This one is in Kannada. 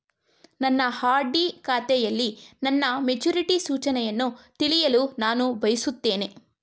ನನ್ನ ಆರ್.ಡಿ ಖಾತೆಯಲ್ಲಿ ನನ್ನ ಮೆಚುರಿಟಿ ಸೂಚನೆಯನ್ನು ತಿಳಿಯಲು ನಾನು ಬಯಸುತ್ತೇನೆ